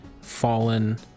fallen